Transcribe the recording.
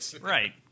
right